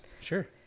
Sure